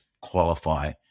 qualify